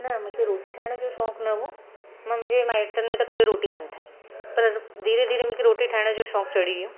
न मूंखे रोटी ठाहिण जो शौंक़ु न हो मां मुंहिंजे माइटनि में त कॾहिं बि रोटी कोन्ह ठाही पर धीरे धीरे मूंखे रोटी ठाहिण जो शौंंकु चढ़ी वियो